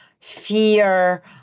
fear